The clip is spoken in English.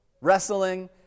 wrestling